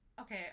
Okay